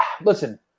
Listen